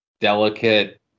delicate